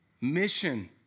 Mission